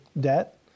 debt